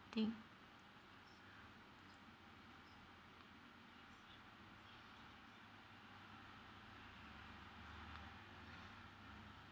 think